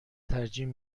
ترجیح